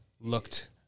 looked